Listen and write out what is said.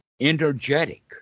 energetic